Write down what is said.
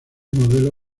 modelo